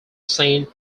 saint